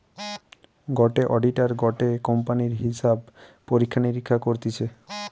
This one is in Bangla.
গটে অডিটার গটে কোম্পানির হিসাব পরীক্ষা নিরীক্ষা করতিছে